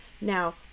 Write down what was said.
Now